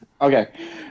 okay